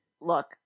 Look